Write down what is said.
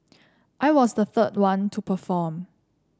I was the third one to perform